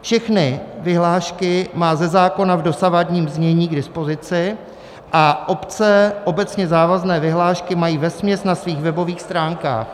Všechny vyhlášky má ze zákona v dosavadním znění k dispozici a obce obecně závazné vyhlášky mají vesměs na svých webových stránkách.